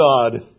God